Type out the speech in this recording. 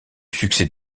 succès